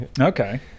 Okay